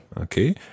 Okay